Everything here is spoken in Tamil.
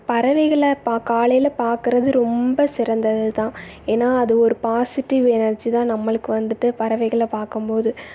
பறவைகளை பா காலையில் பார்க்கறது ரொம்ப சிறந்ததுதான் ஏன்னால் அது ஒரு பாஸிட்டிவ் எனர்ஜி தான் நம்மளுக்கு வந்துட்டு பறவைகள பார்க்கம்போது